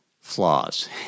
flaws